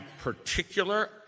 particular